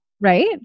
Right